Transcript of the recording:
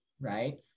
Right